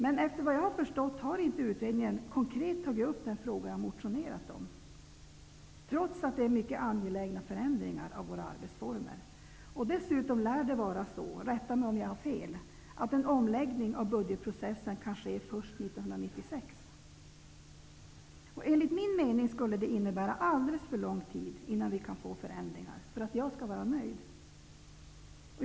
Men efter vad jag har förstått, har inte utredningen konkret tagit upp den fråga jag motionerat om, trots att det gäller mycket angelägna förändringar av våra arbetsformer. Dessutom lär det vara så, rätta mig om jag har fel, att en omläggning av budgetprocessen kan ske först 1996. Det innebär att det tar alldeles för lång tid innan vi kan få förändringar, för att jag ska vara nöjd.